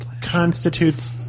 constitutes